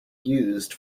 used